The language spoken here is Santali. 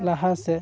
ᱞᱟᱦᱟ ᱥᱮᱫ